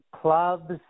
clubs –